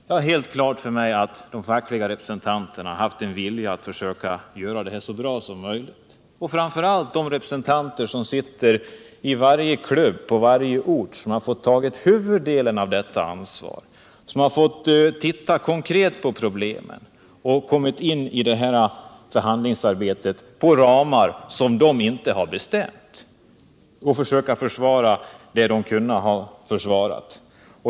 Jag har helt klart för mig att de fackliga representanterna har haft en vilja att försöka göra detta så bra som möjligt, framför allt då de representanter som sitter i varje klubb på varje ort och som fått ta huvuddelen av detta ansvar, som fått titta konkret på problemen och kommit in i förhandlingsarbetet på ramar som vi inte har beställt och då försöker försvara det som de har kunnat försvara.